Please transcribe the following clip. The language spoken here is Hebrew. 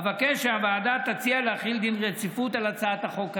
אבקש שהוועדה תציע להחיל דין רציפות על הצעת החוק הנ"ל.